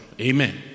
Amen